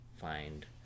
find